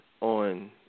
on